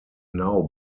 now